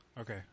Okay